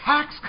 Tax